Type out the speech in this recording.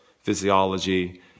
physiology